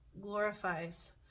glorifies